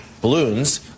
balloons